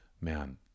man